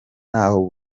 hatabaho